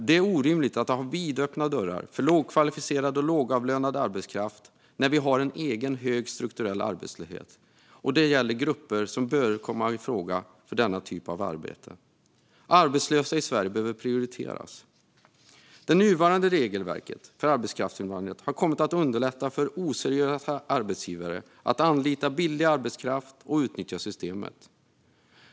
Det är orimligt att ha vidöppna dörrar för lågkvalificerad och lågavlönad arbetskraft när vi har en egen hög strukturell arbetslöshet. Det gäller grupper som bör komma i fråga för denna typ av arbeten. Arbetslösa i Sverige behöver prioriteras. Det nuvarande regelverket för arbetskraftsinvandring har kommit att underlätta för oseriösa arbetsgivare att anlita billig arbetskraft och utnyttja systemet.